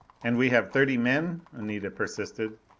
and we have thirty men? anita persisted.